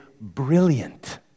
brilliant